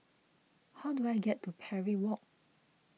how do I get to Parry Walk